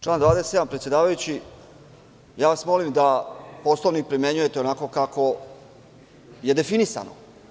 Član 27. predsedavajući, molim vas da Poslovnik primenjujete onako kako je definisano.